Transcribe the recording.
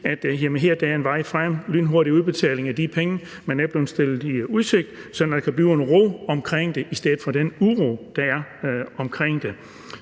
at her er der en vej frem – lynhurtig udbetaling af de penge, man er blevet stillet i udsigt, så der kan blive en ro omkring det i stedet for den uro, der er omkring det.